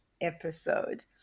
episode